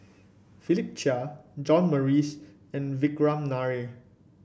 Philip Chia John Morrice and Vikram Nair